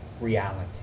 reality